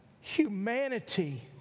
humanity